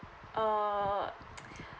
uh